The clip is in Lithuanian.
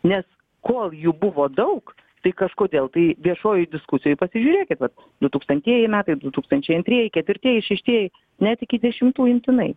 nes kol jų buvo daug tai kažkodėl tai viešojoj diskusijoj pasižiūrėkit kad du tūkstantieji metai du tūkstančiai antrieji ketvirtieji šeštieji net iki dešimtųjų imtinai